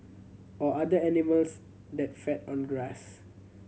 or other animals that feed on grass